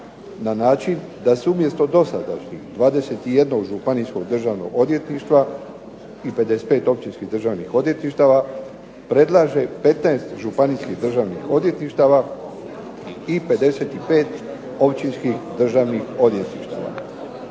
na način da se umjesto dosadašnjih 21 županijskog državnog odvjetništva i 55 općinskih državnih odvjetništava predlaže 15 županijskih državnih odvjetništava i 55 općinskih državnih odvjetništava.